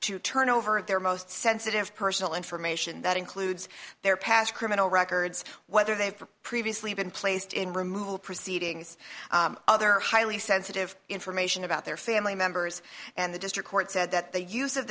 to turn over their most sensitive personal information that includes their past criminal records whether they have previously been placed in removal proceedings other highly sensitive information about their family members and the district court said that the use